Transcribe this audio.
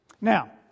Now